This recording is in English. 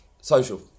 social